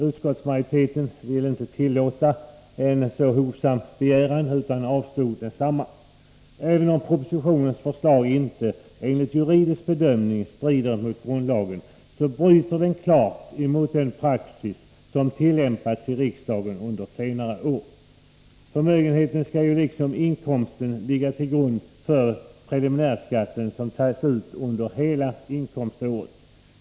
Utskottsmajoriteten ville emellertid inte tillåta en så hovsam begäran utan avslog densamma. Även om propositionens förslag inte enligt juridisk bedömning strider mot grundlagen, innebär den klart ett brott mot den praxis som tillämpats i riksdagen under senare år. Förmögenheten skall ju liksom inkomsten ligga till grund för den preliminärskatt som tas upp under hela inkomståret.